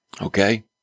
Okay